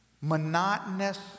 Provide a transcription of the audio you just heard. monotonous